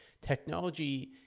Technology